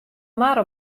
mar